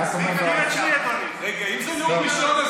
אני רק אומר, זה היה נאום ראשון?